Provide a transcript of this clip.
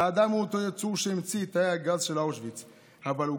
האדם הוא אותו יצור שהמציא את תאי הגז של אושוויץ אבל הוא